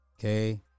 Okay